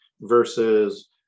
versus